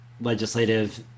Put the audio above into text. legislative